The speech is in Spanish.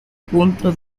punto